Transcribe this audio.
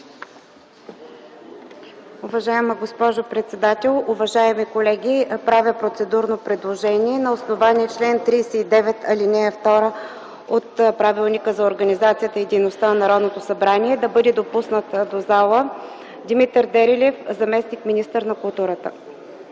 Уважаема госпожо председател, уважаеми колеги! Правя процедурно предложение на основание чл. 39, ал. 2 от Правилника за организацията и дейността на Народното събрание да бъде допуснат в залата Димитър Дерелиев – заместник-министър на културата.